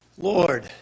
Lord